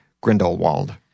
Grindelwald